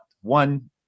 one